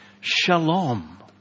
Shalom